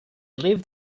lived